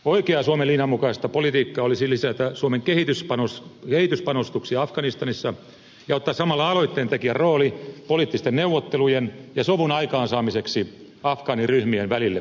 oikeaa suomen linjan mukaista politiikkaa olisi lisätä suomen kehityspanostuksia afganistanissa ja ottaa samalla aloitteentekijän rooli poliittisten neuvottelujen ja sovun aikaansaamiseksi afgaaniryhmien välille